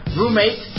roommate